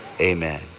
amen